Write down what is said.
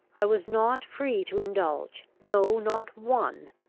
i was not free to indulge, no not one,